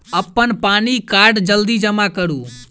अप्पन पानि कार्ड जल्दी जमा करू?